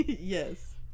Yes